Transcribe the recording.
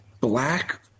black